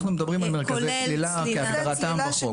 אנחנו מדברים על מרכזי צלילה כהגדרתם בחוק.